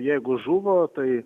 jeigu žuvo tai